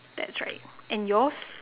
that's right and yours